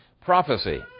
prophecy